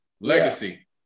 Legacy